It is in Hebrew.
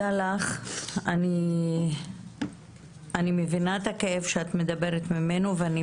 ואני מבינה שזאת אחת הבעיות העיקריות בעניין של אלימות טכנולוגית,